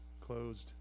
closed